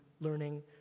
learning